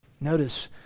notice